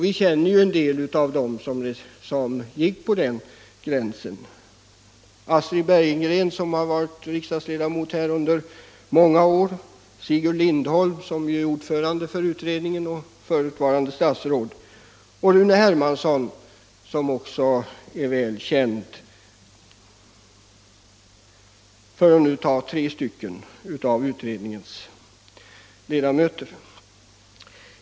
Vi känner en del av dem som följde den linjen: Astrid Bergegren, som varit riksdagsledamot under många år, Sigurd Lindholm, som var ordförande för utredningen och förutvarande statsråd, och Rune Hermansson, som också är välkänd, för att nu nämna tre av utredningens ledamöter.